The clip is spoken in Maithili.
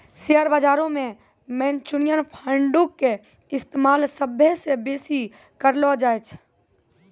शेयर बजारो मे म्यूचुअल फंडो के इस्तेमाल सभ्भे से बेसी करलो जाय छै